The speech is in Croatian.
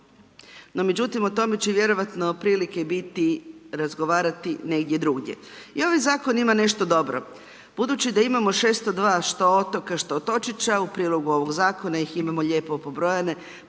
No međutim, o tome će vjerojatno prilike biti razgovarati negdje drugdje. I ovaj Zakon ima nešto dobro. Budući da imamo 602 što otoka što otočića u prilogu ovog Zakona ih imamo lijepo pobrojane,